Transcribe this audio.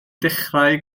dechrau